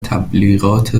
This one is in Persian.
تبلیغات